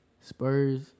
Spurs